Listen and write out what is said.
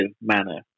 manner